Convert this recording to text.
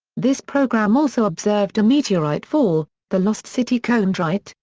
this program also observed a meteorite fall, the lost city chondrite,